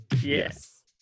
Yes